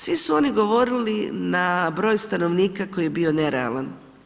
Svi su oni govorili na broj stanovnika koji je bio nerealan.